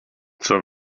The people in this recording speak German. zur